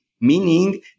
meaning